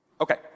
Okay